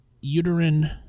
uterine